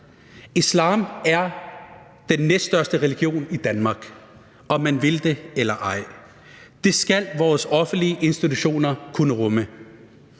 islam er den næststørste religion i Danmark, om man vil det eller ej. Det skal vores offentlige institutioner kunne rumme.